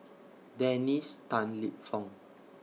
Dennis Tan Lip Fong